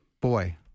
boy